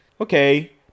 okay